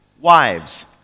Wives